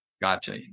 Gotcha